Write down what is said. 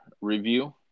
review